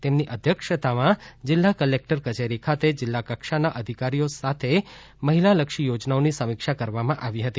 તેમની અધ્યક્ષતામાં જિલ્લા કલેકટર કચેરી ખાતે જિલ્લા કક્ષાના અધિકારીઓની સાથે મહિલાલક્ષી યોજનાઓની સમીક્ષા કરવામાં આવી હતી